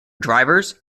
drivers